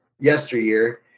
yesteryear